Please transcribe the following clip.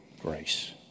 grace